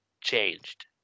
changed